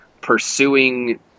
pursuing